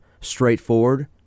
straightforward